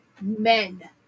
men